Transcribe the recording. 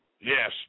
yes